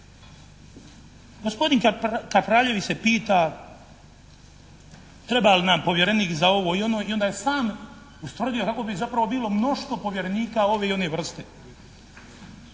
Gospodin Kapraljević se pita treba li nam povjerenik za ovo i ono i onda je sam ustvrdio kako bi zapravo bilo mnoštvo povjerenika ove i one vrste.